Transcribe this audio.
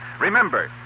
remember